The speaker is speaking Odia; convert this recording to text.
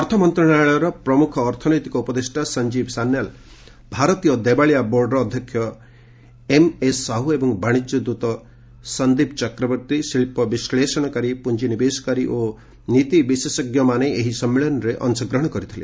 ଅର୍ଥ ମନ୍ତ୍ରଣାଳୟର ପ୍ରମୁଖ ଅର୍ଥନୈତିକ ଉପଦେଷ୍ଟା ସଞ୍ଜୀବ ସନ୍ୟାଲ୍ ଭାରତୀୟ ଦେବାଳିଆ ବୋର୍ଡ଼ର ଅଧ୍ୟକ୍ଷ ଏମ୍ଏସ୍ ସାହୁ ଏବଂ ବାଣିଜ୍ୟ ଦୃତ ସନ୍ଦୀପ୍ ଚକ୍ରବର୍ତ୍ତୀ ଶିଳ୍ପ ବିଶ୍ଳେଷଣକାରୀ ପୁଞ୍ଜିନିବେଶକାରୀ ଓ ନୀତି ବିଶେଷଜ୍ଞମାନେ ଏହି ସମ୍ମିଳନୀରେ ଅଂଶଗ୍ରହଣ କରିଥିଲେ